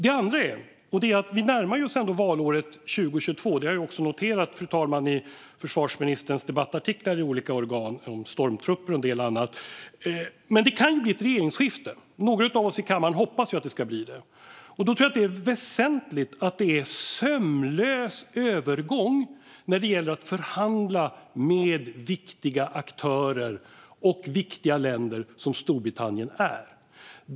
Ett annat problem är att vi närmar oss valåret 2022 - det har jag också noterat i försvarsministerns debattartiklar i olika organ, om stormtrupper och en del annat - och att det kan bli regeringsskifte. Några av oss i kammaren hoppas ju att det ska bli det. Jag tror att det är väsentligt att det i så fall blir en sömlös övergång när det gäller förhandlingar med viktiga aktörer och viktiga länder, vilket Storbritannien är.